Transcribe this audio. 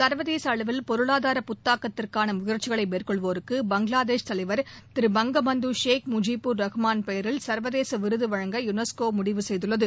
சர்வதேச அளவில் பொருளாதார புத்தாக்கத்திற்கான முயற்சிகளை மேற்கொள்வோருக்கு பங்களாதேஷ் தலைவர் திரு பங்கபந்து ஷேக் முஜிபூர் ரகுமான் பெயரில் சர்வதேச விருது வழங்க யுனெஸ்கோ முடிவு செய்துள்ளது